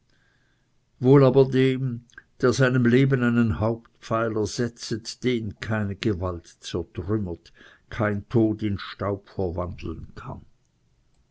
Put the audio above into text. wohl aber dem der seinem leben einen hauptpfeiler setzet den keine gewalt zertrümmern kein tod in staub verwandeln kann